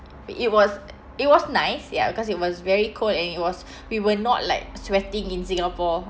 i~ it was it was nice ya because it was very cold and it was we were not like sweating in singapore